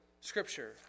Scripture